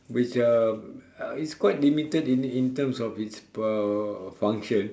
which uh uh it's quite limited in in terms of it's uh function